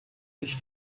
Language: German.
sich